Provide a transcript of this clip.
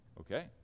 Okay